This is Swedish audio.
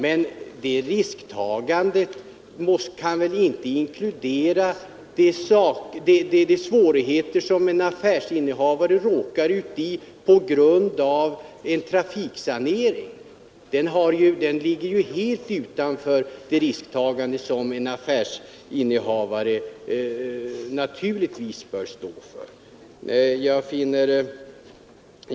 Men ett sådant risktagande kan väl inte inkludera de svårigheter som en affärsinnehavare råkar i på grund av en trafiksanering. En sådan ligger helt utanför det risktagande som en affärsinnehavare bör stå för.